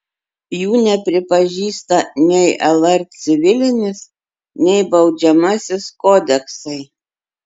jų nepripažįsta nei lr civilinis nei baudžiamasis kodeksai